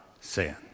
sin